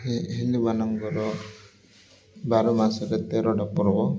ହିନ୍ଦୁମାନଙ୍କର ବାର ମାସରେ ତେରଟା ପୂର୍ବ